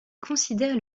considère